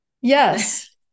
Yes